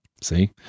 See